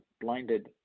blinded